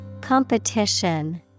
Competition